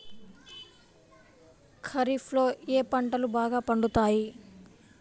ఖరీఫ్లో ఏ పంటలు బాగా పండుతాయి?